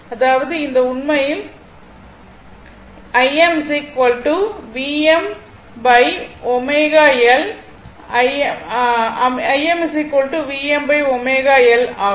அதாவது இந்த உண்மையில் Im Vmω L Im Vmω L ஆகும்